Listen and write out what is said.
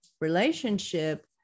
relationship